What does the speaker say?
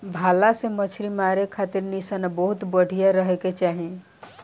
भला से मछली मारे खातिर निशाना बहुते बढ़िया रहे के चाही